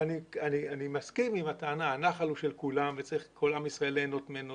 ואני מסכים עם הטענה שהנחל הוא של כולם וכל עם ישראל צריך ליהנות ממנו,